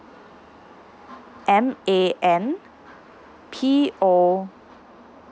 M A N P O